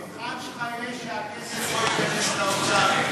המבחן שלך יהיה שהכסף לא ייכנס לאוצר,